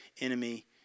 enemy